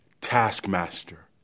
taskmaster